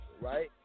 right